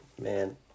man